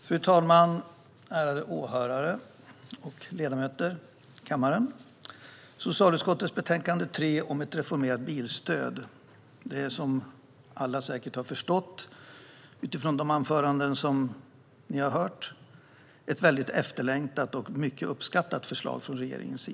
Fru talman, ärade åhörare och ledamöter! Socialutskottets betänkande 3 om ett reformerat bilstöd är, som alla säkert har förstått utifrån de anföranden som har hållits, i huvudsak ett mycket efterlängtat och mycket uppskattat förslag från regeringen.